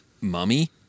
mummy